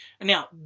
Now